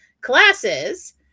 classes